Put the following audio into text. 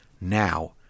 now